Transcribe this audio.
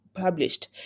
published